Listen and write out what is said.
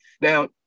Now